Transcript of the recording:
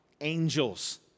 angels